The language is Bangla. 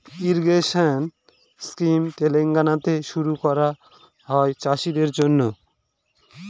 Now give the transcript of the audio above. লিফ্ট ইরিগেশেন স্কিম তেলেঙ্গানাতে শুরু করা হয় চাষীদের জন্য